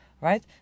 right